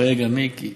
רגע, מיקי.